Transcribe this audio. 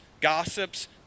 gossips